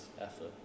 effort